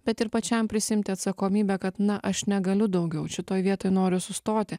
bet ir pačiam prisiimti atsakomybę kad na aš negaliu daugiau šitoj vietoj noriu sustoti